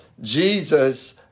Jesus